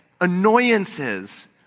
annoyances